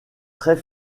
très